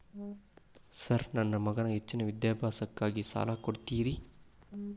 Sir ನನ್ನ ಮಗನ ಹೆಚ್ಚಿನ ವಿದ್ಯಾಭ್ಯಾಸಕ್ಕಾಗಿ ಸಾಲ ಕೊಡ್ತಿರಿ?